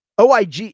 OIG